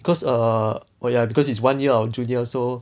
because err oh ya because he's one year our junior so